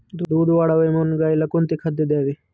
दूध वाढावे म्हणून गाईला कोणते खाद्य द्यावे?